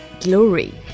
Glory